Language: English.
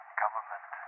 government